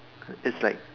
it's like